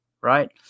right